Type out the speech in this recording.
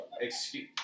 Excuse